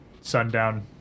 sundown